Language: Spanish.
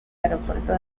aeropuerto